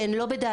שהן לא בדעתן,